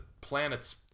planet's